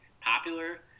popular